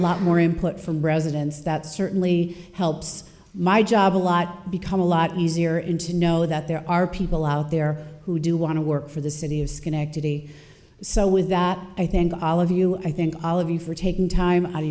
lot more input from residents that certainly helps my job a lot become a lot easier in to know that there are people out there who do want to work for the city of schenectady so with that i thank all of you i think all of you for taking time out of